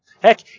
Heck